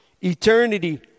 Eternity